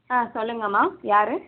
ஆ சொல்லுங்கமா யாரு